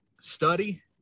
study –